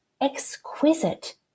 exquisite